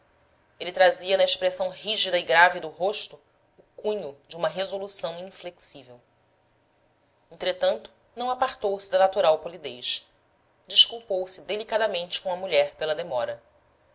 ele trazia na expressão rígida e grave do rosto o cunho de uma resolução inflexível entretanto não apartou se da natural polidez desculpou-se delicadamente com a mulher pela demora